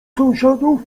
sąsiadów